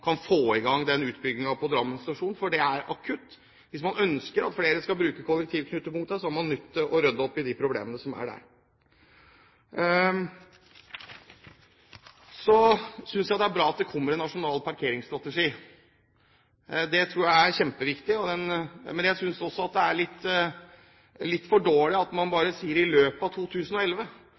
ønsker at flere skal bruke kollektivknutepunktene, er man nødt til å rydde opp i de problemene som er der. Jeg synes det er bra at det kommer en nasjonal parkeringsstrategi. Det tror jeg er kjempeviktig, men jeg synes det er litt for dårlig at man bare sier i løpet av 2011.